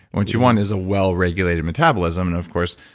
what you want is a well-regulated metabolism and of course,